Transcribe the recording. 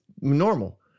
normal